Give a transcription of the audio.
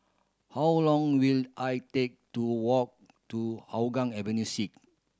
how long will I take to walk to Hougang Avenue Six